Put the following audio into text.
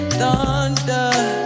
thunder